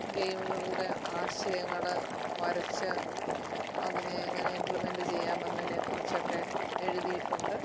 ഗെയിമുകളുടെ ആശയങ്ങള് വരച്ച് അതിനെ എങ്ങനെ ഇംപ്ലിമെന്റ് ചെയ്യാമെന്നതിനെ കുറിച്ചൊക്കെ എഴുതിയിട്ടുണ്ട്